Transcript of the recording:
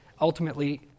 ultimately